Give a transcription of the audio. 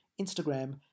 Instagram